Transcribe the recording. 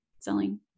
selling